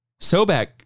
Sobek